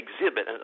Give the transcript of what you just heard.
exhibit